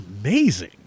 amazing